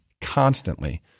constantly